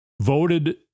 voted